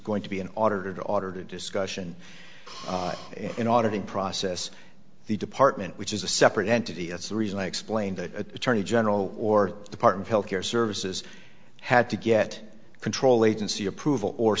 going to be an auditor to order to discussion in order to process the department which is a separate entity as the reason i explained that attorney general or the part of health care services had to get control agency approval or